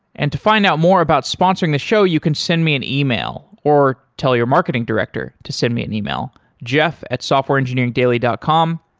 and to find out more about sponsoring the show, you can send me an ah e-mail or tell your marketing director to send me an e-mail jeff at softwareengineeringdaily dot com.